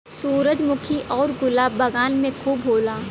सूरजमुखी आउर गुलाब बगान में खूब होला